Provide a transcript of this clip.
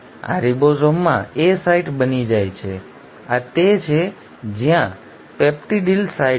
આ રીબોસોમમાં A site બની જાય છે આ તે છે જ્યાં પેપ્ટિડિલ સાઇટ છે